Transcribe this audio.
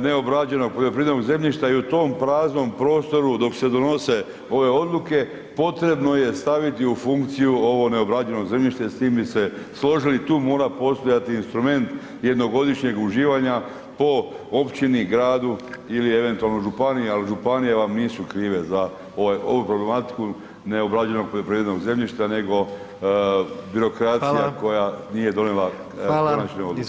neobrađenog poljoprivrednog zemljišta i u tom praznom prostoru, dok se donose ove odluke, potrebno je staviti u funkciju ovo neobrađeno zemljište i s tim bi se složili, tu mora postojati instrument jednogodišnjeg uživanja po općini, gradu ili eventualno županije, ali županije vam nisu krive za ovaj, ovu problematiku neobrađenog poljoprivrednog zemljišta nego birokracija koja nije donijela [[Upadica: Hvala.]] konačne odluke.